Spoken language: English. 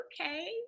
okay